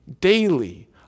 daily